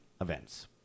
events